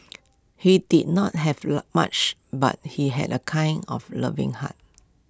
he did not have love much but he had A kind of loving heart